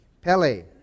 Pele